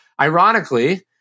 ironically